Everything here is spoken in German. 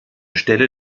stelle